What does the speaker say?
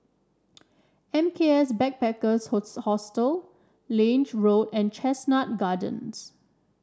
M K S Backpackers Hostel Lange Road and Chestnut Gardens